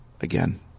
again